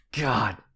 god